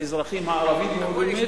האזרחים הערבים,